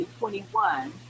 2021